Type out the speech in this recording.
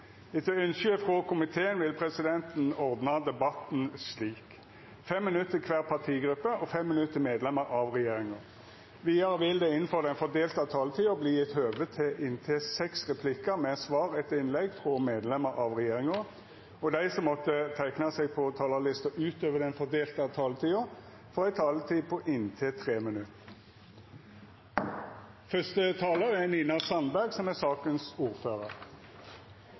regjeringa. Vidare vil det – innanfor den fordelte taletida – verta gjeve høve til inntil seks replikkar med svar etter innlegg frå medlemer av regjeringa, og dei som måtte teikna seg på talarlista utover den fordelte taletida, får ei taletid på inntil 3 minutt. Som saksordfører vil jeg først få lov til å takke komiteen for godt samarbeid om innstillingen, som